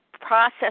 process